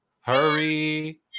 Hurry